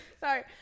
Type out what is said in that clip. Sorry